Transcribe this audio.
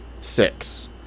six